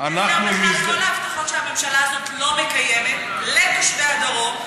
אני איעזר בך לכל ההבטחות שהממשלה הזאת לא מקיימת לתושבי הדרום,